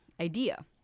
idea